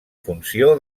funció